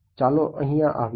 ચાલો અહિયાં આવીએ